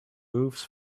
moves